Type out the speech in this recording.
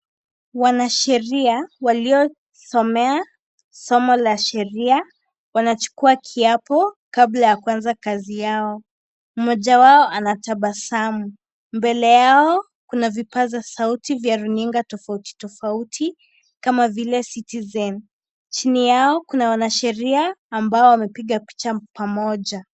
Wanasheria walio somea somo la Sheria wanachukua kiapo kabla ya kuanza kazi yao. Moja wao ana tabasamu. Mbele yao Kuna vipasa sauti vya runinga tofauti tofauti kama vile Citizen. Chini yao kuna wanasheria ambao wamepiga picha pamoja.